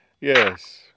Yes